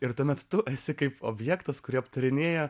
ir tuomet tu esi kaip objektas kurį aptarinėja